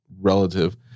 relative